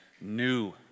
new